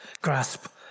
grasp